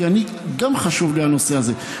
כי אני גם לי חשוב הנושא הזה.